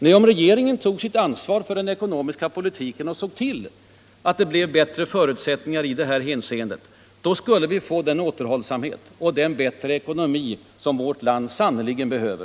Nej, om regeringen tog sitt ansvar för den ekonomiska politiken och såg till att det blev bättre förutsättningar i det här hänseendet, då skulle vi få den återhållsamhet och den bättre ekonomi som vårt land sannerligen behöver.